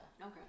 Okay